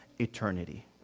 Eternity